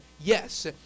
yes